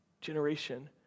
generation